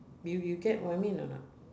you you get what I mean or not